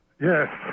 Yes